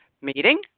meeting